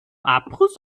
abriss